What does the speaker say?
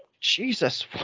Jesus